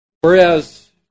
Whereas